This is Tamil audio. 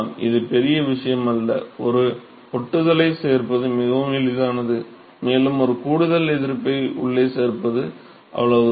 இது பெரிய விஷயமல்ல ஒரு ஒட்டுதலைச் சேர்ப்பது மிகவும் எளிதானது மேலும் ஒரு கூடுதல் எதிர்ப்பை உள்ளே சேர்ப்பது அவ்வளவுதான்